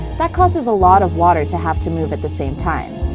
that causes a lot of water to have to move at the same time.